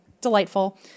delightful